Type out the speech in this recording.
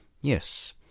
Yes